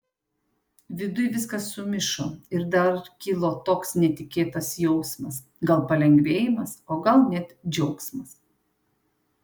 viduj viskas sumišo ir dar kilo toks netikėtas jausmas gal palengvėjimas o gal net džiaugsmas